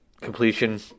completion